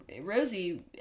Rosie